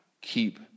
Keep